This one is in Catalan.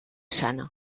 sana